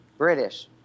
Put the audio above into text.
British